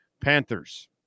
Panthers